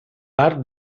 part